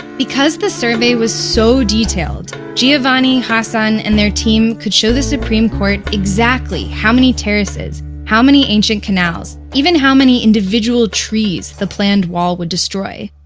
because the survey was so detailed, giovanni, hassan and their team could show the supreme court exactly how many terraces, how many ancient canals, even how many individual trees, the planned wall would destroy.